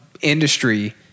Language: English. industry